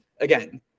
again